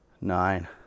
nine